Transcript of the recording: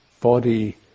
body